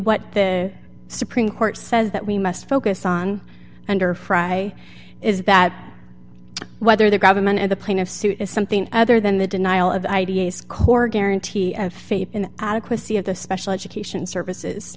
what the supreme court says that we must focus on under fry is that whether the government and the plaintiffs suit is something other than the denial of i d s core guarantee of faith in the adequacy of the special education services